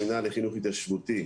של המינהל לחינוך התיישבותי,